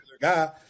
guy